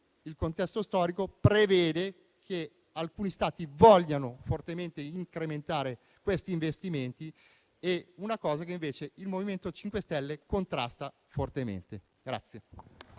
un momento storico in cui alcuni Stati vogliono fortemente incrementare questi investimenti. È una cosa che invece il MoVimento 5 Stelle contrasta fortemente.